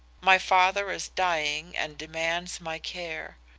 my father is dying and demands my care.